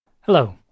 Hello